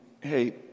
hey